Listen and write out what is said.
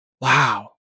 Wow